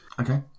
Okay